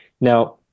Now